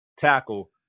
tackle